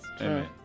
Amen